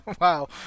Wow